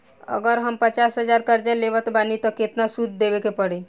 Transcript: अगर हम पचास हज़ार कर्जा लेवत बानी त केतना सूद देवे के पड़ी?